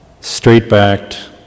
straight-backed